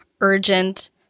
urgent